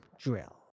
drill